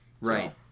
right